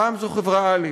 פעם זאת חברה א',